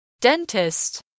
Dentist